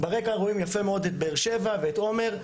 ברקע רואים יפה מאוד את באר שבע ואת עומר,